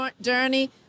journey